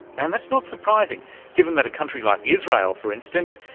and that's not surprising given that a country like israel, for instance,